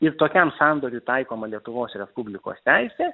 ir tokiam sandoriui taikoma lietuvos respublikos teisė